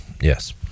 yes